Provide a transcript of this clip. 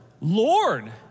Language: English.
Lord